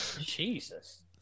Jesus